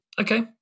Okay